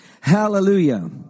Hallelujah